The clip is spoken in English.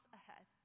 ahead